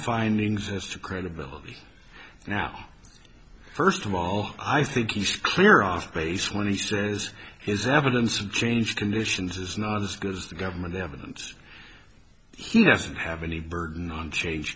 findings as to credibility now first of all i think he's clear off base when he says his evidence of change conditions is not as good as the government evidence he doesn't have any burden on change